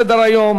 יום שלישי,